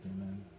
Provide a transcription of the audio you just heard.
Amen